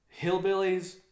hillbillies